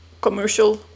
commercial